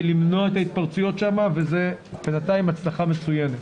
למנוע את ההתפרצויות שם וזה בינתיים הצלחה מצוינת.